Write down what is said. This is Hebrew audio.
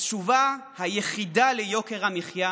התשובה היחידה ליוקר המחיה